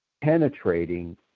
penetrating